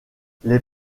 les